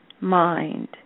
mind